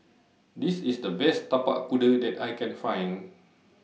This IS The Best Tapak Kuda that I Can Find